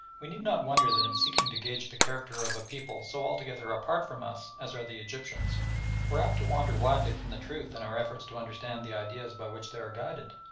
we need not wonder that in seeking to gauge the character of a people so altogether apart from us as are the egyptians we are apt to wander widely from the truth in our efforts to understand the ideas by which they are guided,